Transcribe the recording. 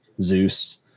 Zeus